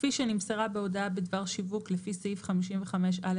כפי שנמסרה בהודעה בדבר שיווק לפי סעיף 55א11,